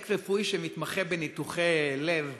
פרויקט שמתמחה בניתוחי לב